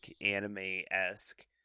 anime-esque